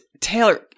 Taylor